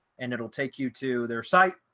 and it will take you to their site.